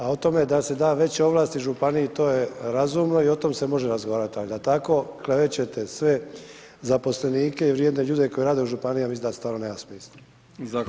A o tome da se da veće ovlasti županiji to je razumno i o tome se može razgovarati, al da tako klevećete sve zaposlenike i vrijedne ljude koji rade u županijama ja mislim da stvarno nema smisla.